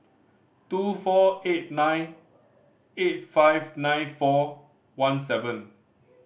two four eight nine eight five nine four one seven